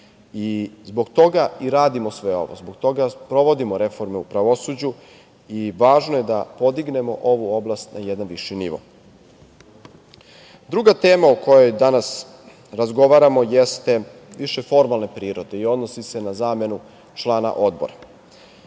i zbog toga i radimo sve ovo, zbog toga sprovodimo reforme u pravosuđu i važno je da podignemo ovu oblast na jedan viši nivo. Druga tema o kojoj danas razgovaramo jeste više formalne prirode i odnosi se na zamenu člana odbora.